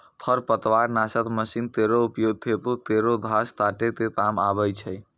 खरपतवार नासक मसीन केरो उपयोग खेतो केरो घास काटै क काम आवै छै